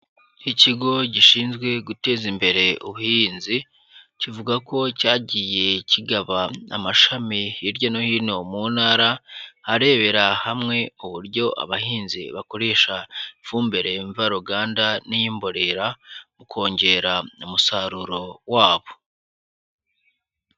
Ikigo gishinzwe guteza imbere ubuhinzi, kivuga ko cyagiye kigaba amashami hirya no hino mu ntara, arebera hamwe uburyo abahinzi bakoresha ifumbire mvaruganda n'iy'imborera mu kongera umusaruro wabo.